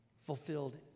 fulfilled